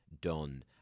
done